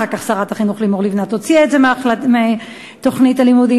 אחר כך שרת החינוך לימור לבנת הוציאה את זה מתוכנית הלימודים.